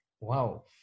wow